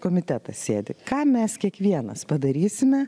komitetas sėdi ką mes kiekvienas padarysime